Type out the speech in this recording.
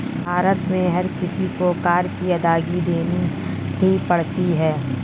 भारत में हर किसी को कर की अदायगी देनी ही पड़ती है